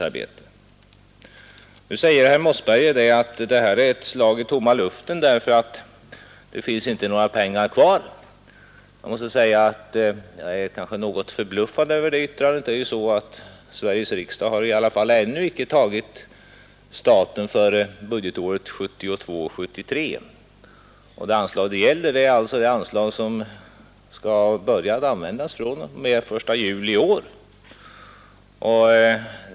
Herr Mossberger säger att detta är ett slag i luften därför att det inte finns pengar kvar. Jag är något förbluffad över det yttrandet. Sveriges riksdag har ännu inte antagit staten för budgetåret 1972/73, och det anslag vi här diskuterar är det anslag som skall börja användas den 1 juli i år.